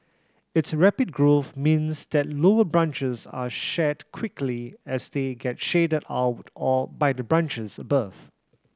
its rapid growth means that lower branches are shed quickly as they get shaded out all by the branches above